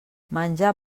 menjar